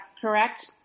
correct